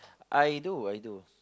I do I do